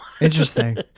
Interesting